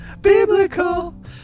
Biblical